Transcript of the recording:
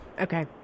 Okay